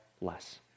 less